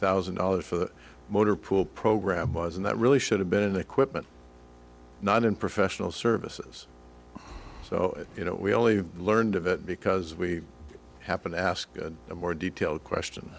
thousand dollars for the motor pool program was and that really should have been equipment not in professional services so you know we only learned of it because we happen to ask a more detailed question